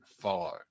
follow